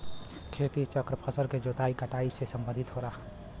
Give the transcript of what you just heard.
खेती चक्र फसल के जोताई कटाई से सम्बंधित होला